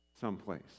someplace